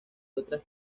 otras